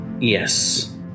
Yes